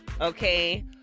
okay